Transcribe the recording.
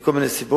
מכל מיני סיבות,